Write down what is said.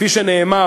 כפי שנאמר,